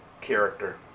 character